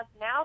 now